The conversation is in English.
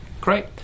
Great